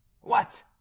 What